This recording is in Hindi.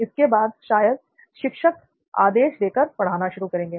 इसके बाद शायद शिक्षक आदेश देकर पढ़ाना शुरू कर देंगे